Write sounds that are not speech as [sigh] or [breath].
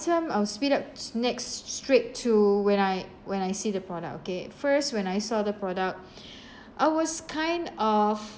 I will speed up s~ next straight to when I when I see the product okay first when I saw the product [breath] I was kind of